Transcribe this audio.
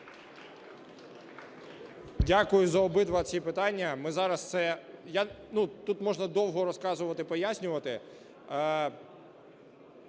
Дякую за обидва ці питання. Ми зараз це… Тут можна довго розказувати, пояснювати.